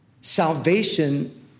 Salvation